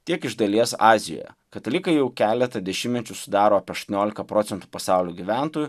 tiek iš dalies azijoje katalikai jau keletą dešimtmečių sudaro apie aštuoniolika procentų pasaulio gyventojų